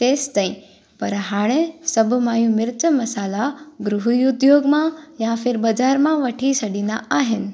तेंसिताईं पर हाणे सभु माइयूं मिर्च मसाला ग्रह उद्योग मां या फिर बाज़ारि मां वठी छॾींदा आहिनि